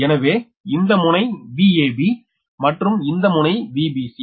எனவே இந்த முனை Vab மற்றும் இந்த முனை Vbc